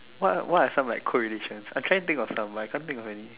what what are some like correlations I trying think of some but I can't think of any